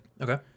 Okay